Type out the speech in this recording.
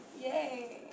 Yay